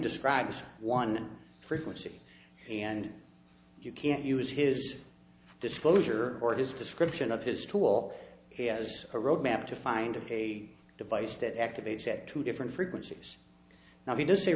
describes one frequency and you can't use his disclosure or his description of his tool as a road map to find of a device that activates at two different frequencies now he d